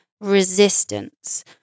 resistance